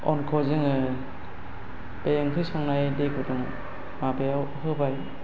अनखौ जोंङो बे ओंख्रि संनाय दै गुदुं माबायाव होबाय